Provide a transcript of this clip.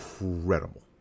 incredible